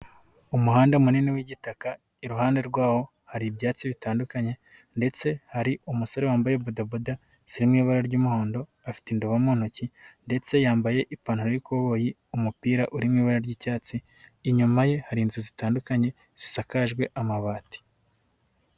Umuhanda munini w'igitaka, iruhande rwawo hari ibyatsi bitandukanye ndetse hari umusore wambaye bodaboda, ziri mu ibara ry'umuhondo, afite indobo mu ntoki ndetse yambaye ipantaro y'ikoboyi, umupira uri mu ibara ry'icyatsi, inyuma ye hari inzu zitandukanye, zisakajwe amabati.